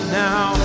now